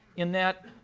in that